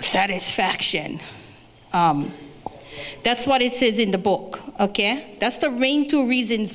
satisfaction that's what it says in the book of care that's the ring two reasons